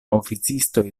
oficistoj